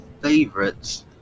favorites